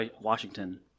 Washington